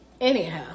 anyhow